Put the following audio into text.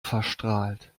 verstrahlt